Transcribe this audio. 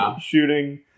shooting